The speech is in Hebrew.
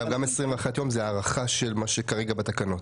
21 ימים זאת הארכה של מה שכרגע בתקנות.